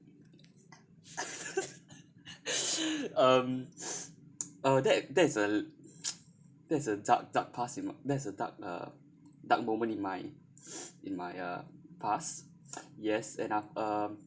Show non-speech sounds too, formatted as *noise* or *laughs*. *laughs* um uh that that's a *noise* that's a dark dark past in m~ that that's a dark uh dark moment in my *breath* in my uh past yes and ah um